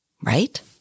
Right